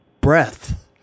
breath